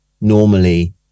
normally